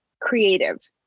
creative